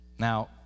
Now